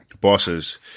bosses